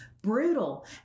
Brutal